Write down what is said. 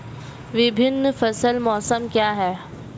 विभिन्न फसल मौसम क्या हैं?